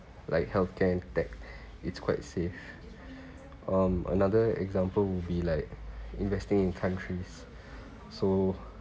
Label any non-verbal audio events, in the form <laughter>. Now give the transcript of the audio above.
like healthcare tech it's quite safe <breath> um another example would be like investing in countries so